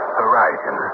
horizon